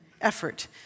effort